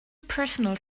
personal